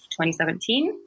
2017